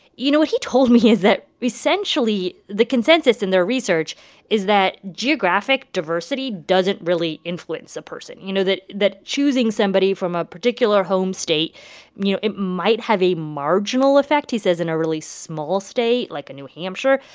you know, what he told me is that essentially, the consensus in their research is that geographic diversity doesn't really influence a person. you know, that that choosing somebody from a particular home state you know, it might have a marginal effect, he says, in a really small state, like in new hampshire.